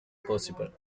possible